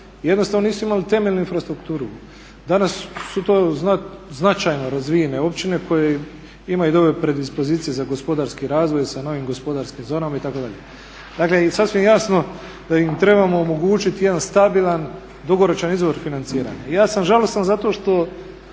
jednostavno nisu imali temeljnu infrastrukturu. Danas su to značajno razvijene općine koje imaju i dobre predispozicije za gospodarski razvoj i sa novim gospodarskim zonama itd. Dakle i sasvim je jasno da im trebamo omogućiti jedan stabilan dugoročan izvor financiranja. Ja sam žalostan zato što